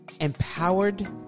empowered